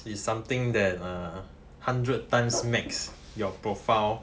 is something that err hundred times max your profile